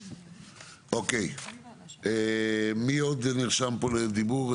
מי עוד נרשם כאן לדיבור?